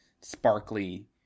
sparkly